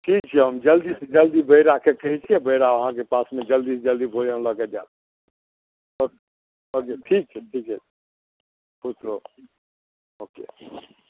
ठीक छै हम जल्दीसँ जल्दी बहिराके कहै छी बहिरा अहाँकेँ पासमे जल्दीसँ जल्दी भोजन लए कऽ जायत ठीक छै ठीक छै खुश रहु